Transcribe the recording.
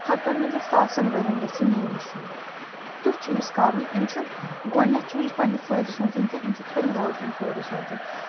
ہَتن نہٕ کیٚنٛہہ ساسن ؤرۍ ین گَژھِ یہِ مے نِش یُن تُیھ چھُ أمِس کَرُن أمِس چھُ گۄڈٕنٮ۪تھ چھنہٕ أمِس پنٛنِہ فٲیدٕ سونٛچن کیٚنٛہہ أمِس چھُ خٔری دار سُنٛد فٲیدٕ سونٛچن